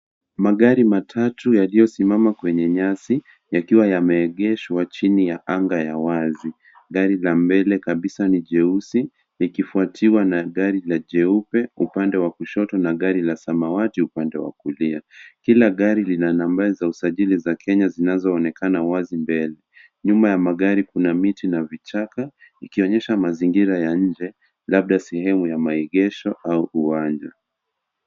Magari matatu yaliyosimama kwenye nyasi yakiwa yameegeshwa chini ya anga ya wazi. Gari la mbele kabisa ni jeusi, likifuatiwa na gari la jeupe upande wa kushot na rangi la samawati upande wa kulia. Kila gari lina nambari za usajili za Kenya zinazoonekana wazi mbele. Nyuma ya magari kuna miti na vichaka ikionyesha mazingira ya nje, labda sehemu ya maegesho au uwanja.